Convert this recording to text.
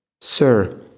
Sir